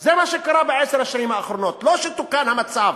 זה מה שקרה בעשר השנים האחרונות, לא שתוקן המצב,